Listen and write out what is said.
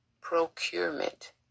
procurement